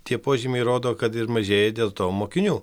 tie požymiai rodo kad ir mažėja dėl to mokinių